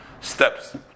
steps